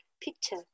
picture